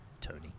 Tony